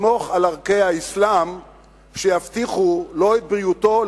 לסמוך על ערכי האסלאם שיבטיחו לא את בריאותו,